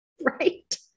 right